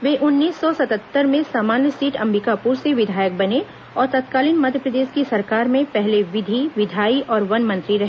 वे उन्नीस सौ सतहत्तर में सामान्य सीट अंबिकापुर से विधायक बने और तत्कालीन मध्यप्रदेश की सरकार में पहले विधि विधायी और वन मंत्री रहे